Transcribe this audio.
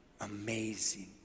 amazing